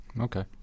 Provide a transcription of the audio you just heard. Okay